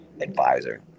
advisor